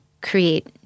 create